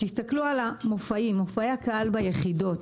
תסתכלו על מופעי הקהל ביחידות.